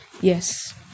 Yes